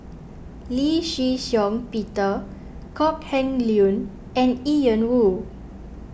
Lee Shih Shiong Peter Kok Heng Leun and Ian Woo